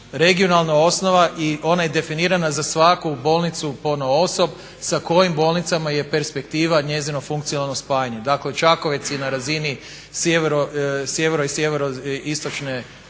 Regionalna osnova ona je definirana za svaku bolnicu ponaosob sa kojim bolnicama je perspektiva njezino funkcionalno spajanje. Dakle, Čakovec je na razini sjeverne i sjeverno-istočne